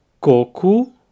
coco